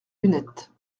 lunettes